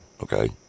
okay